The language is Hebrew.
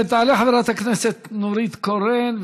תעלה חברת הכנסת נורית קורן.